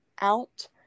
out